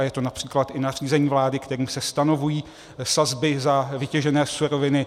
Je to například i nařízení vlády, kterým se stanoví sazby za vytěžené suroviny.